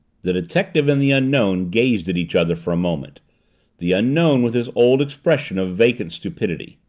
the detective and the unknown gazed at each other for a moment the unknown with his old expression of vacant stupidity.